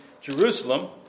Jerusalem